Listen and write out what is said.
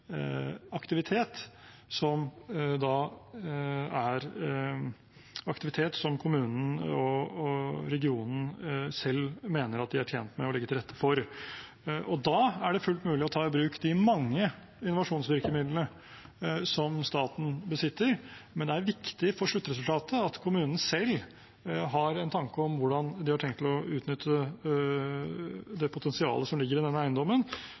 aktivitet, aktivitet som kommunen og regionen selv mener de er tjent med å legge til rette for. Da er det fullt ut mulig å ta i bruk de mange innovasjonsvirkemidlene som staten besitter, men det er viktig for sluttresultatet at kommunene selv har en tanke om hvordan de har tenkt å utnytte det potensialet som ligger i denne eiendommen,